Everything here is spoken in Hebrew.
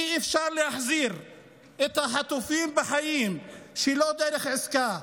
אי-אפשר להחזיר את החטופים בחיים שלא דרך עסקה,